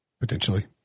potentially